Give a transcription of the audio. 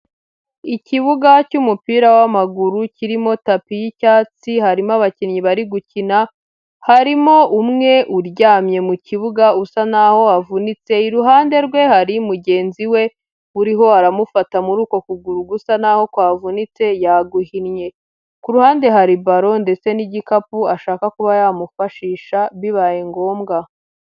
Ikibuga cy'umupira w'amaguru, kirimo tapi y'icyatsi, harimo abakinnyi bari gukina, harimo umwe uryamye mu kibuga, usa naho avunitse, iruhande rwe hari mugenzi we uriho aramufata muri uko kuguru gusa na ho kwavunitse yaguhinnye, ku ruhande hari baro ndetse n'igikapu ashaka kuba yamufashisha, bibaye ngombwa.